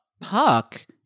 puck